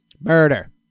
murder